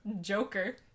Joker